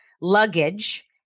luggage